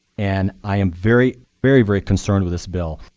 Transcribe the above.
and i am very, very, very concerned with this bill.